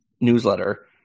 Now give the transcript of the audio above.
newsletter